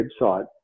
website